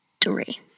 Three